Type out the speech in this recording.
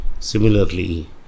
similarly